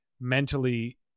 mentally